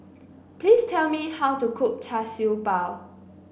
please tell me how to cook Char Siew Bao